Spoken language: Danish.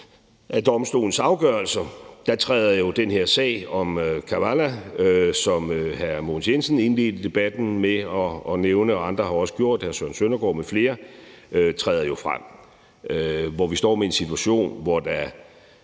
af domstolens afgørelser træder den her sag om Kavala, som hr. Mogens Jensen indledte debatten med at nævne – hr. Søren Søndergaard m.fl. har også nævnt det – frem. Vi står med en situation, hvor han på